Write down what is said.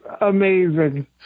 amazing